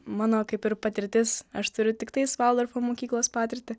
mano kaip ir patirtis aš turiu tiktais valdorfo mokyklos patirtį